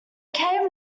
cave